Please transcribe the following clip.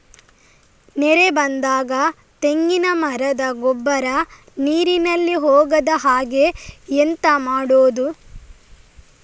ನೆರೆ ಬಂದಾಗ ತೆಂಗಿನ ಮರದ ಗೊಬ್ಬರ ನೀರಿನಲ್ಲಿ ಹೋಗದ ಹಾಗೆ ಎಂತ ಮಾಡೋದು?